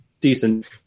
decent